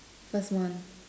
first month